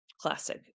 classic